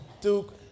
Duke